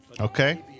Okay